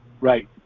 Right